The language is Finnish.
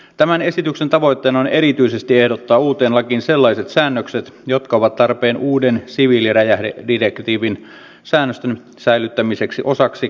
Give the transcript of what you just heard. tämän esityksen tavoitteena on erityisesti ehdottaa uuteen lakiin sellaiset säännökset jotka ovat tarpeen uuden siviiliräjähdedirektiivin säännösten säilyttämiseksi osana kansallista lainsäädäntöä